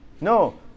No